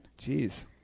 Jeez